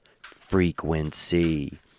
Frequency